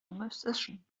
musician